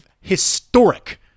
historic